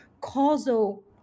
causal